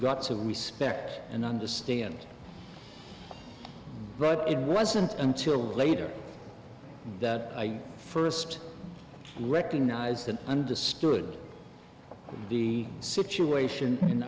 got to respect and understand but it wasn't until later that i first recognize that i understood the situation in